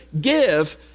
give